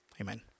amen